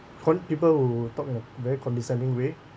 con~ people who talk in a very condescending way